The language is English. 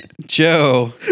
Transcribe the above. Joe